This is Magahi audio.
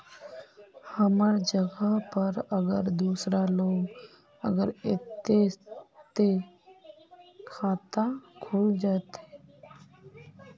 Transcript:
हमर जगह पर अगर दूसरा लोग अगर ऐते ते खाता खुल जते?